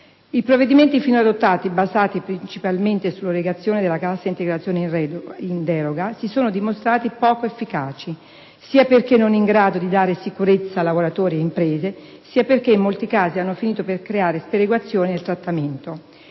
I provvedimenti finora adottati, basati principalmente sull'erogazione della Cassa integrazione straordinaria, si sono dimostrati poco efficaci, sia perché non in grado di dare sicurezza a lavoratori ed imprese, sia perché in molti casi hanno finito per creare sperequazioni nel trattamento.